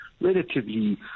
relatively